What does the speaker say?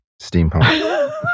Steampunk